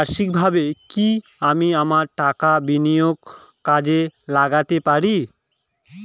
বার্ষিকভাবে কি আমি আমার টাকা বিনিয়োগে কাজে লাগাতে পারি?